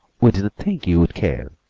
we didn't think you would care.